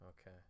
Okay